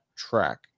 track